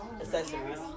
accessories